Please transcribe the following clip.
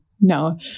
no